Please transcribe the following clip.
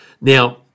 Now